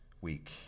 week